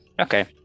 Okay